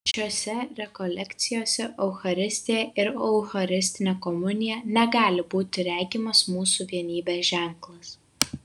šiose rekolekcijose eucharistija ir eucharistinė komunija negali būti regimas mūsų vienybės ženklas